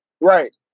Right